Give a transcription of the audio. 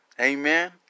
Amen